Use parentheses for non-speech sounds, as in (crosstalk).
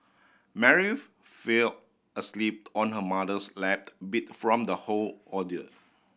Mary (unintelligible) fell asleep on her mother's lap (unintelligible) beat from the whole ordeal